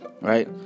right